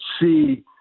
see